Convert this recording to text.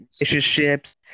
relationships